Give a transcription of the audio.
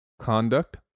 conduct